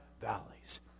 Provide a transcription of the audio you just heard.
valleys